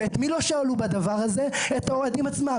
ואת מי לא שאלו בדבר הזה, את האוהדים עצמם.